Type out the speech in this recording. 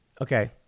Okay